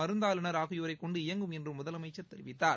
மருந்தாளுநர் ஆகியோரை கொண்டு இயங்கும் என்றும் முதலமைச்சர் தெரிவித்தார்